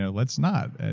so let's not.